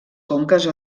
conques